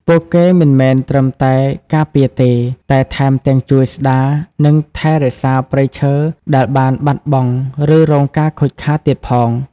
ពួកគេមិនមែនត្រឹមតែការពារទេ តែថែមទាំងជួយស្ដារ និងថែរក្សាព្រៃឈើដែលបានបាត់បង់ ឬរងការខូចខាតទៀតផង។